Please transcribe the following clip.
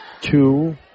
two